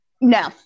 No